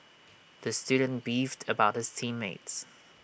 the student beefed about his team mates